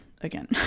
Again